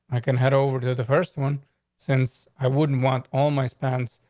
i can head over to the first one since i wouldn't want all my spans,